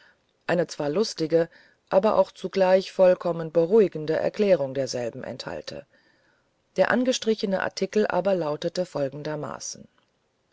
eine zwar sehr lustige aber auch zugleich vollkommen beruhigende erklärung derselben enthalte der angestrichene artikel aber lautete folgendermaßen